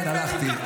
כן, הלכתי.